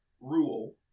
Rule